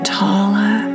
taller